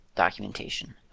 documentation